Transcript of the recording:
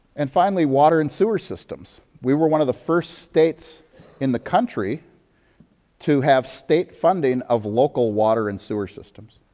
and finally, water and sewer systems. we were one of the first states in the country to have state funding of local water and sewer systems.